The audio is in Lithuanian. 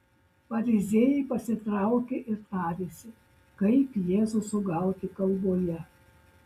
fariziejai pasitraukė ir tarėsi kaip jėzų sugauti kalboje